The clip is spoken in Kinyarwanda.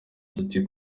tuti